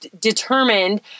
determined